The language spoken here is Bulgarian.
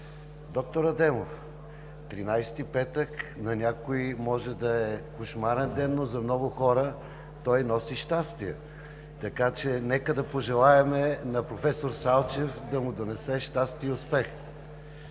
Доктор Адемов, 13-и, петък, за някой може да е кошмарен ден, но за много хора той носи щастие, така че нека да пожелаем на професор Салчев да му донесе щастие и успех!